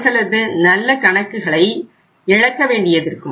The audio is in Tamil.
அவர்களது நல்ல கணக்குகளை இழக்க வேண்டியது இருக்கும்